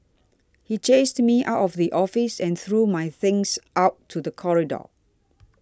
he chased me out of the office and threw my things out to the corridor